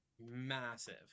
Massive